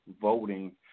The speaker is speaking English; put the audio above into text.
voting